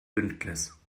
bündnis